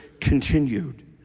continued